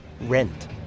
rent